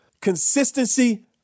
consistency